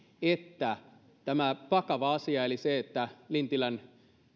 että tämä vakava asia eli se että lintilän